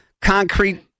concrete